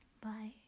Bye